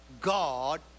God